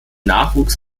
nachwuchs